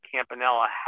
Campanella